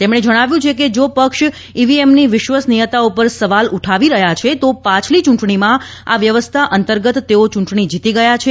તેમણે જણાવ્યું છે કે જો પક્ષ ઇવીએમની વિશ્વસનીયતા પર સવાલ ઉઠાવી રહ્યા છે તો પાછલી ચૂંટણીમાં આ વ્યવસ્થા અંતર્ગત તેઓ ચૂંટણી જીતી ગયા છે